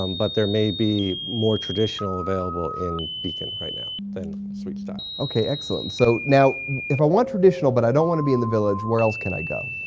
um but there may be more traditional available in beacon right now than suite style. okay, excellent. and so now if i want traditional but i don't want to be in the village, where else can i go?